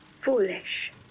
foolish